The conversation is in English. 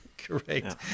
Correct